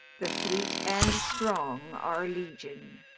the fleet and strong are legion.